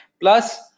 Plus